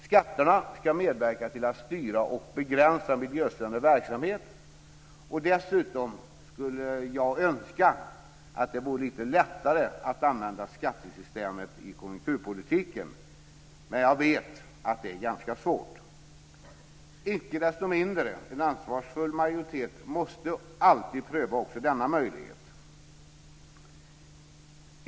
Skatterna ska medverka till styra och begränsa miljöstörande verksamhet. Och dessutom skulle jag önska att det vore lite lättare att använda skattesystemet i konjunkturpolitiken. Men jag vet att det är ganska svårt. Icke desto mindre måste en ansvarsfull majoritet alltid pröva också denna möjlighet.